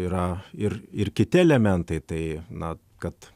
yra ir ir kiti elementai tai na kad